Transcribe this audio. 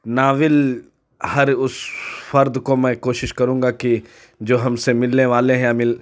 novel ہر اس فرد کو میں کوشش کروں گا کہ جو ہم سے ملنے والے ہیں یا مل